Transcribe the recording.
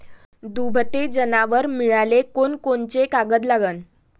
दुभते जनावरं मिळाले कोनकोनचे कागद लागन?